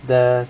the